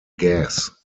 gas